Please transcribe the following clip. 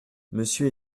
monsieur